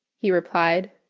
he replied,